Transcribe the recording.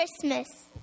Christmas